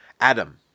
Adam